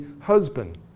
husband